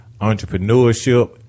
entrepreneurship